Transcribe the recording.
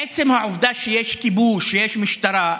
עצם העובדה שיש כיבוש, שיש משטרה,